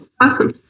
Awesome